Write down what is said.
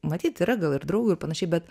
matyt yra gal ir draugių ir panašiai bet